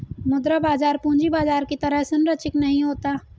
मुद्रा बाजार पूंजी बाजार की तरह सरंचिक नहीं होता